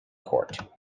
court